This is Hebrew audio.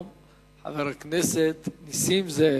חבר הכנסת נסים זאב.